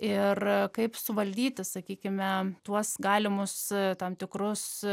ir kaip suvaldyti sakykime tuos galimus tam tikrus